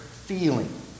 feeling